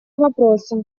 вопросы